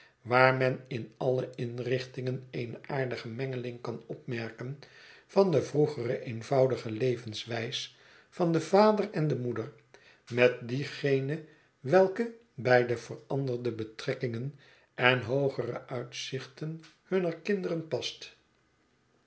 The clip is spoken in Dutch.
waar men in alle inrichtingen eene aardige mengeling kan opmerken van de vroegere eenvoudige levenswijs van den vader en de moeder met diegene welke bij de veranderde betrekkingen en hoogere uitzichten hunner kinderen past